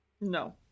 No